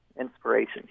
inspiration